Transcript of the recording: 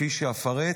כפי שאפרט.